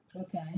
Okay